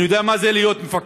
אני יודע מה זה להיות מפקד,